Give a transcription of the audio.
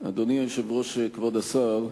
אדוני היושב-ראש, כבוד השר,